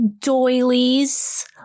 doilies